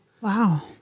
Wow